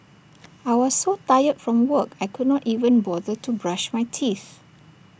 I was so tired from work I could not even bother to brush my teeth